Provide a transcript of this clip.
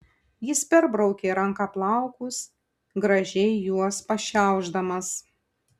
jis perbraukė ranka plaukus gražiai juos pašiaušdamas